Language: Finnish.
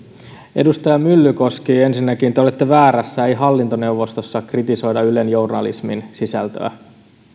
edustaja myllykoski ensinnäkin te olette väärässä ei hallintoneuvostossa kritisoida ylen journalismin sisältöä